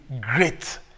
great